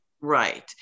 right